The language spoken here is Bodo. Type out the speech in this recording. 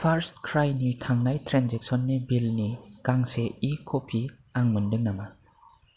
फार्स्टक्राइनि थांनाय ट्रेन्जेकसननि बिलनि गांसे इ कपि आं मोनदों नामा